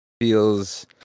feels